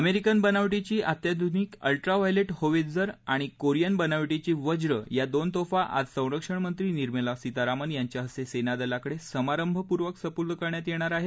American बनावटीची अत्याधुनिक ultraviolet howitzer आणि कोरियन बनावटीची वज्र या दोन तोफा आज संरक्षण मंत्री निर्मला सीतारामन यांच्या हस्ते सेनादलाकडे समारंभपूर्वक सुपूर्द करण्यात येणार आहेत